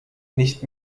nicht